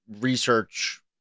research